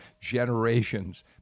generations